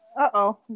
Uh-oh